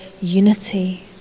unity